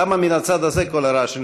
למה מן הצד הזה כל הרעש?